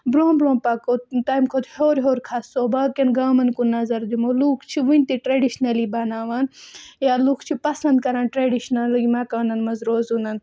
بروںٛہہ بروںٛہہ پکو تَمہِ کھۄتہٕ ہیٚور ہیٚور کھَسو باقٕیَن گامَن کُن نظر دِمو لُکھ چھِ وٕنہِ تہِ ٹرٛیٚڈِشنٔلی بَناوان یا لُکھ چھِ پَسنٛد کَران ٹرٛیٚڈِشنَلٕے مکانَن منٛز روزُن